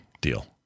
deal